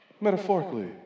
metaphorically